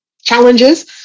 challenges